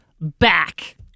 back